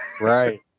Right